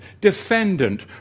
Defendant